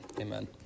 Amen